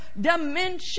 dimension